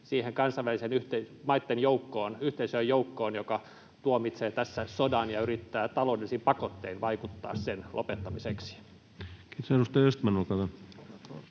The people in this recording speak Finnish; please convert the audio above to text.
siihen kansainvälisten yhteisöjen joukkoon, joka tuomitsee tässä sodan ja yrittää taloudellisin pakottein vaikuttaa sen lopettamiseksi? [Speech 35] Speaker: